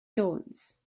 jones